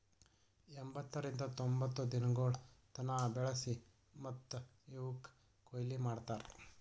ಎಂಬತ್ತರಿಂದ ತೊಂಬತ್ತು ದಿನಗೊಳ್ ತನ ಬೆಳಸಿ ಮತ್ತ ಇವುಕ್ ಕೊಯ್ಲಿ ಮಾಡ್ತಾರ್